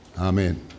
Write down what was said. Amen